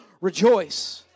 rejoice